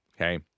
Okay